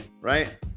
right